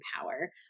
power